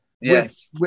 Yes